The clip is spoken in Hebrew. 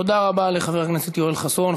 תודה רבה לחבר הכנסת חסון.